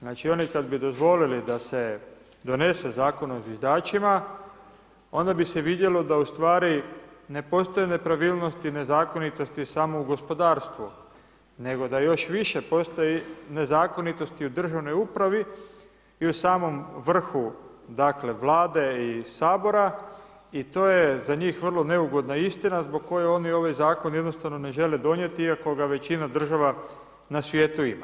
Znači, oni kad bi dozvolili da se donese Zakon o zviždačima onda bi se vidjelo da u stvari ne postoje nepravilnosti, nezakonitosti samo u gospodarstvu, nego da još više postoji nezakonitosti u državnoj upravi i u samom vrhu, dakle Vlade i Sabora i to je za njih vrlo neugodna istina zbog koje oni ovaj zakon jednostavno ne žele donijeti, iako ga većina država na svijetu ima.